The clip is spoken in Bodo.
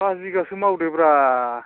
पास बिघासो मावदोब्रा